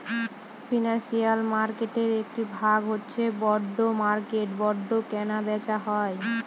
financial মার্কেটের একটি ভাগ হচ্ছে বন্ড মার্কেট যে বন্ডে কেনা বেচা হয়